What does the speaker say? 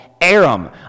Aram